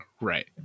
right